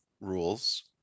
rules